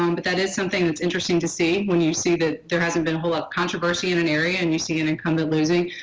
um but that is something that's interesting to see when you see that there hasn't been a lot of controversy in an area and you see an incumbent losing.